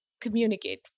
communicate